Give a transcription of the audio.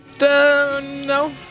No